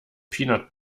peanut